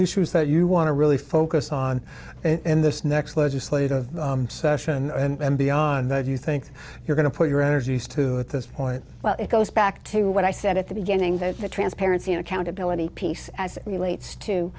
issues that you want to really focus on in this next legislative session and beyond that you think you're going to put your energies to at this point it goes back to what i said at the beginning that the transparency and accountability piece as it relates to